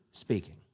speaking